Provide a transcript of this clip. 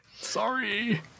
Sorry